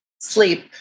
sleep